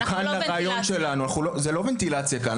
פורקן לבעיות שלנו, זה לא ונטילציה כאן.